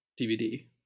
DVD